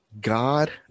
God